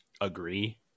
agree